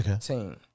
team